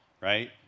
right